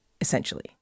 essentially